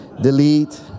delete